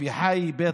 מדוח מבקר המדינה